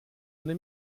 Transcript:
eine